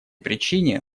причине